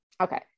okay